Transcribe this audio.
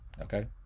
okay